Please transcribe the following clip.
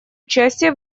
участие